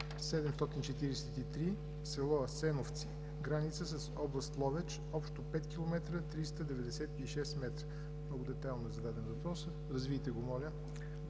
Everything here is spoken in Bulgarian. – село Асеновци, граница с Област Ловеч – общо 5 км 396 км. Много детайлно е зададен въпросът. Развийте го моля,